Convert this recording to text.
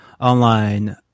online